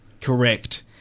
Correct